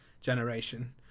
generation